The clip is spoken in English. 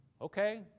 Okay